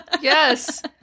Yes